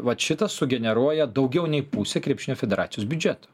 vat šitas sugeneruoja daugiau nei pusė krepšinio federacijos biudžeto